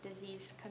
Disease